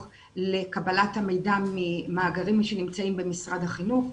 לקבלת המידע ממאגרים שנמצאים במשרד החינוך.